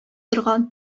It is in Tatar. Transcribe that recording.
торган